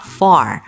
far